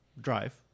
Drive